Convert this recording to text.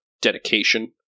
dedication